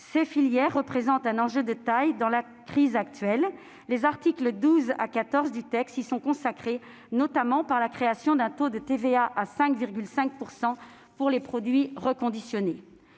ces filières représentent un enjeu de taille dans la crise actuelle. Les articles 12 à 14 du texte y sont consacrés, notamment par la création d'un taux de TVA à 5,5 % pour les produits reconditionnés.